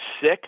sick